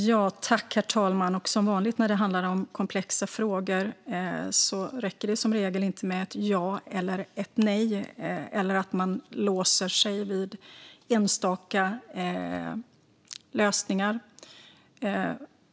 Herr talman! Som vanligt när det handlar om komplexa frågor räcker det som regel inte med ett ja eller ett nej eller att man låser sig vid enstaka lösningar.